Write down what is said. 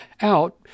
out